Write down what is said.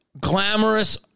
glamorous